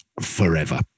forever